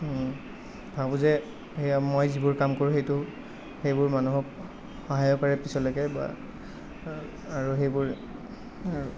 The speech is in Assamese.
ভাবোঁ যে মই যিবোৰ কাম কৰোঁ সেইটো সেইবোৰ মানুহক সহায় হ'ব পাৰে পিছলৈকে আৰু সেইবোৰ